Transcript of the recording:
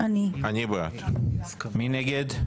מי נגד?